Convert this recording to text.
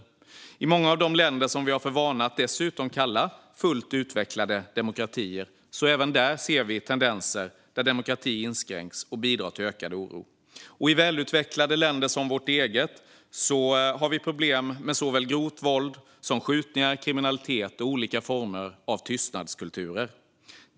Även i många av de länder som vi har för vana att kalla fullt utvecklade demokratier ser vi tendenser som innebär att demokratin inskränks, något som bidrar till ökad oro. I välutvecklade länder som vårt eget finns problem med såväl grovt våld som skjutningar, kriminalitet och olika former av tystnadskulturer.